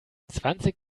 zwanzig